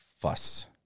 fuss